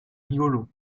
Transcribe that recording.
rigolo